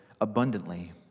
abundantly